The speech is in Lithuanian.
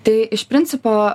tai iš principo